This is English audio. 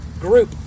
group